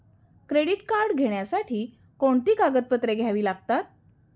Credit card घेण्यासाठी कोणती कागदपत्रे घ्यावी लागतात?